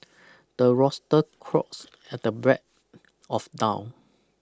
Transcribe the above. the rooster crows at the bread of down